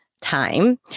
time